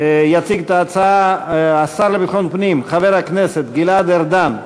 יציג את ההצעה השר לביטחון פנים חבר הכנסת גלעד ארדן.